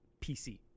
PC